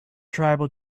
tribal